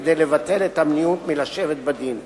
כדי לבטל את המניעות מלשבת בדין,